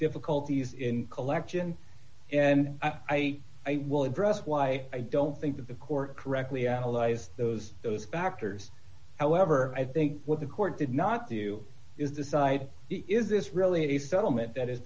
difficulties in collection and i will address why i don't think that the court correctly analyzed those those factors however i think what the court did not do is decide is this really a settlement that is